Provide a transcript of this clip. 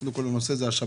קודם כל הנושא של השב"ס.